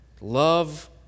love